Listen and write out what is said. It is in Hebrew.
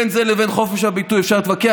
בין זה לבין חופש הביטוי, אפשר להתווכח.